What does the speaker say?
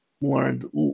learned